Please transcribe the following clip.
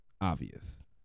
obvious